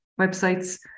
websites